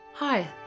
Hi